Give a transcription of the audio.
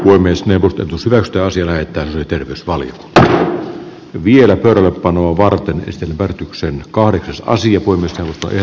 puhemiesneuvosto vetosi lähettää sitten jos vaalit vielä pöydälle panoa varten ristin väritykseen kahdeksas ja voimistelusta ja